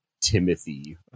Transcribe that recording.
Timothy